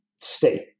state